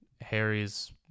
Harry's